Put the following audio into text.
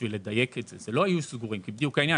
בשביל לדייק, הם לא היו סגורים, זה בדיוק העניין.